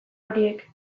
horiek